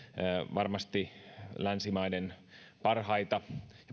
varmasti länsimaiden parhaita